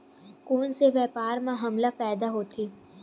कोन से व्यापार म हमला फ़ायदा होथे?